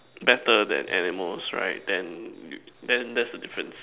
better than animals right then then that's the difference